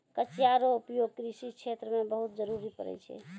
कचिया रो उपयोग कृषि क्षेत्र मे बहुत जरुरी पड़ै छै